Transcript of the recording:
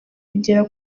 kugera